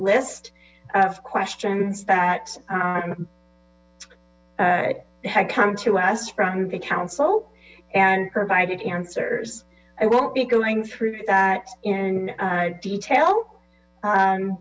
list of questions that had come to us from the council and provided answers i won't be going through that in detail